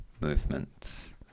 movements